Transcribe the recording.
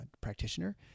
practitioner